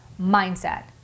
mindset